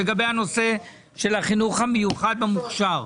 החינוך המיוחד במוכשר,